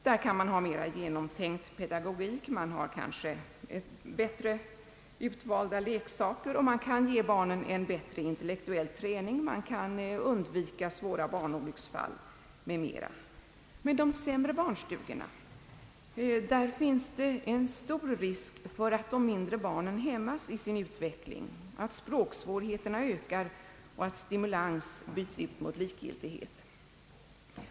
Där kan man ha en mera genomtänkt pedagogik och bättre utvalda leksaker, man kan ge barnen en bättre intellektuell träning, undvika svåra barnolycksfall m.m. Men i de sämre barnstugorna föreligger det en stor risk för att de mindre barnen hämmas i sin utveckling, att språksvårigheterna ökar och att stimulans byts ut mot likgiltighet.